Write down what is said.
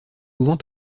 souvent